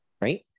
Right